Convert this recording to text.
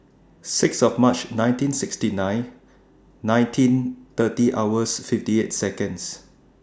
six of March nineteen sixty nine nineteen thirty hours fifty eight Seconds